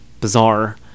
bizarre